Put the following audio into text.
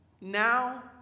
now